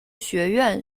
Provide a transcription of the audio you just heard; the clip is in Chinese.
学院